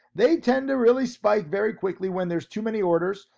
they tend to really spike very quickly when there's too many orders.